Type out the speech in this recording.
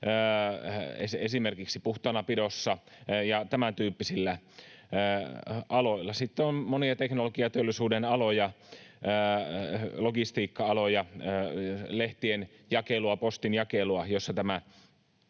esimerkiksi puhtaanapidossa ja tämäntyyppisillä aloilla. Sitten on monia teknologiateollisuuden aloja, logistiikka-aloja, lehtien jakelua, postinjakelua, jossa tämä